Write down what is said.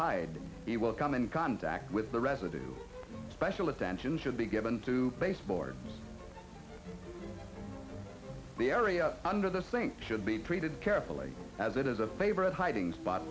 hide it will come in contact with the residue special attention should be given to baseboard the area under the sink should be treated carefully as it is a favorite hiding spot